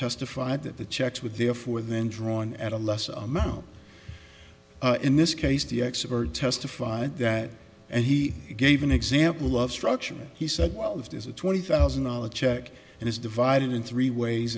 testified that the checks with their four then drawn at a lesser amount in this case the expert testified that and he gave an example of structure he said well it is a twenty thousand dollars check and it's divided in three ways